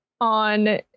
on